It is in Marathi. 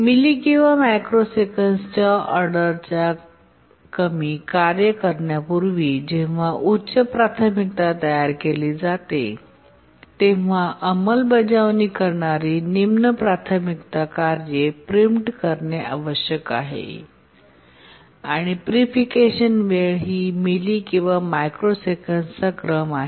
मिलि किंवा मायक्रोसेकँड्सच्या ऑर्डरच्या कमी कार्य करण्यापूर्वी जेव्हा उच्च प्राथमिकता तयार केली जाते तेव्हा अंमलबजावणी करणारी निम्न प्राथमिकता कार्ये प्रीमप्ट करणे आवश्यक आहे आणि प्रीफिकेशन वेळ ही मिली किंवा मायक्रोसेकँड्सचा क्रम आहे